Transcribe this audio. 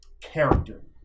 character